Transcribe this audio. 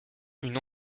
une